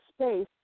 space